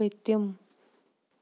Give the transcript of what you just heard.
پٔتِم